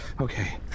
Okay